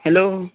hello